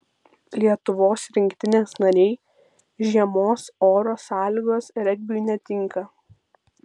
lietuvos rinktinės nariai žiemos oro sąlygos regbiui netinka